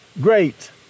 great